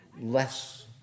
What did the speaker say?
Less